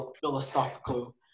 philosophical